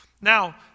Now